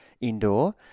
indoor